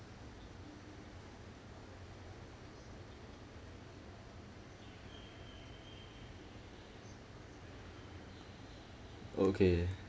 okay